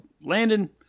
Landon